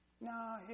No